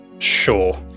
sure